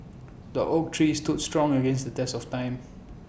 the oak tree stood strong against the test of time